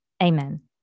Amen